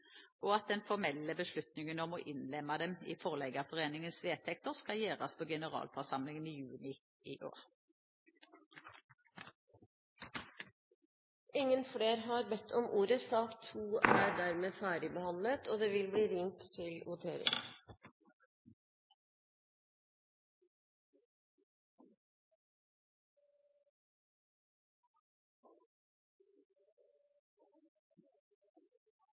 og at den formelle beslutningen om å innlemme dem i Forleggerforeningens vedtekter skal gjøres på generalforsamlingen i juni i år. Flere har ikke bedt om ordet til sak nr. 2. Da er Stortinget klar til å gå til votering